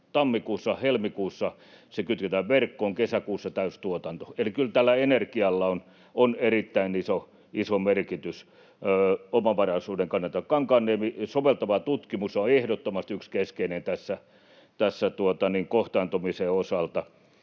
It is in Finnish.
tammikuussa, helmikuussa se kytketään verkkoon, kesäkuussa täystuotanto, eli kyllä tällä energialla on erittäin iso merkitys omavaraisuuden kannalta. Kankaanniemelle: soveltava tutkimus on ehdottomasti yksi keskeinen tässä kohtaantumisen osalta.